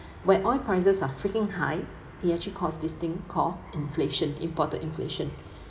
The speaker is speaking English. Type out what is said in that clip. where oil prices are freaking high it actually caused this thing called inflation imported inflation